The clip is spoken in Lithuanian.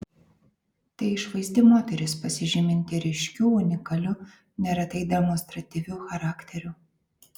tai išvaizdi moteris pasižyminti ryškiu unikaliu neretai demonstratyviu charakteriu